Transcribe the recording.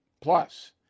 Plus